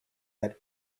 that